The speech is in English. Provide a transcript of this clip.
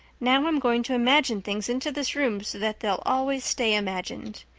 now i'm going to imagine things into this room so that they'll always stay imagined.